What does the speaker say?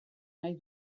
nahi